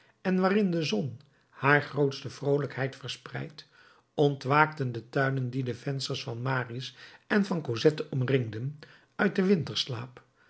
en waarin de zon haar grootste vroolijkheid verspreidt ontwaakten de tuinen die de vensters van marius en van cosette omringden uit den